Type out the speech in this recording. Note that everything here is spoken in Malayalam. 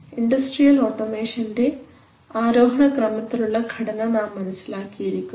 ഇൻഡസ്ട്രിയൽ ഓട്ടോമേഷൻറെ ആരോഹണ ക്രമത്തിലുള്ള ഘടന നാം മനസ്സിലാക്കിയിരിക്കുന്നു